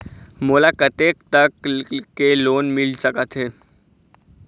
मोला कतेक तक के लोन मिल सकत हे?